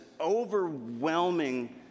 overwhelming